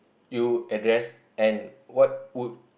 you address and what would